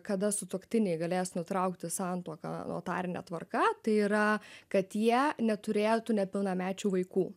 kada sutuoktiniai galės nutraukti santuoką notarine tvarka tai yra kad jie neturėtų nepilnamečių vaikų